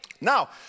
Now